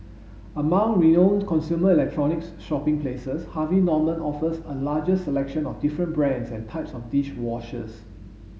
among renowned consumer electronics shopping places Harvey Norman offers a largest selection of different brands and types of dish washers